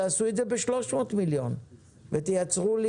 תעשו את זה ב-300 מיליון ותייצרו לי